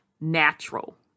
natural